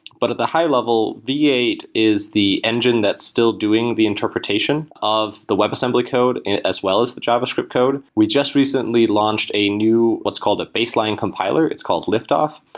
but at the high level, v eight is the engine that's still doing the interpretation of the webassembly code as well as the javascript code. we just recently launched a new, what's called a baseline compiler. it's called liftoff,